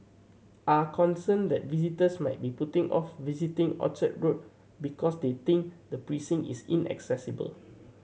are concerned that visitors might be putting off visiting Orchard Road because they think the precinct is inaccessible